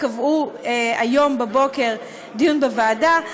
קבעו היום בבוקר דיון בוועדה.